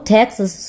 Texas